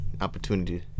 opportunity